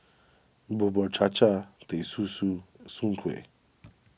Bubur Cha Cha Teh Susu Soon Kueh